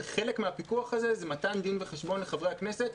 וחלק מהפיקוח הזה זה מתן דין וחשבון לחברי הכנסת,